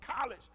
college